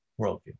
worldview